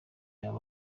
abe